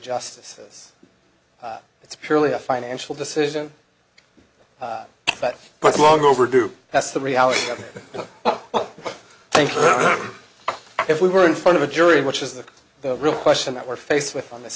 justices it's purely a financial decision but it's long overdue that's the reality of it thank you if we were in front of a jury which is the real question that we're faced with on this